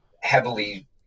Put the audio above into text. heavily